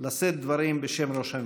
לשאת דברים בשם ראש הממשלה.